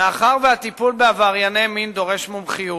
מאחר שהטיפול בעברייני מין דורש מומחיות,